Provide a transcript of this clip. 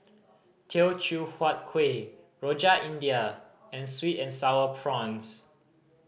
Teochew Huat Kueh Rojak India and sweet and Sour Prawns